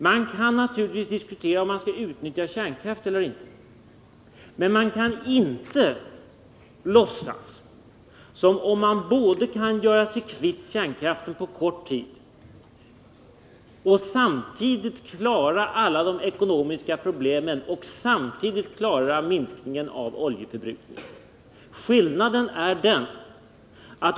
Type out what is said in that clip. Man kan naturligtvis diskutera om man skall utnyttja kärnkraft eller inte, men man kan inte låtsas som om man kan göra sig kvitt kärnkraften på kort tid och samtidigt klara alla de ekonomiska problemen och samtidigt därtill klara minskningen av oljeförbrukningen.